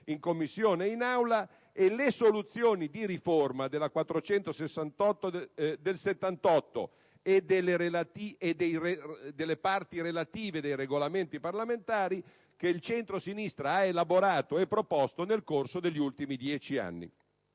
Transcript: in Commissione e in Aula, e le soluzioni di riforma della legge n. 468 del 1978 e delle parti relative dei Regolamenti parlamentari che il centrosinistra ha elaborato e proposto nel corso degli ultimi dieci anni.